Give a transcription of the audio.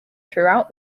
throughout